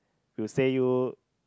will say you